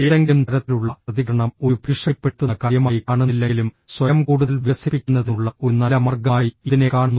ഏതെങ്കിലും തരത്തിലുള്ള പ്രതികരണം ഒരു ഭീഷണിപ്പെടുത്തുന്ന കാര്യമായി കാണുന്നില്ലെങ്കിലും സ്വയം കൂടുതൽ വികസിപ്പിക്കുന്നതിനുള്ള ഒരു നല്ല മാർഗമായി ഇതിനെ കാണുന്നു